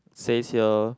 says here